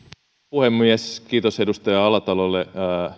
puhemies kiitos edustaja alatalolle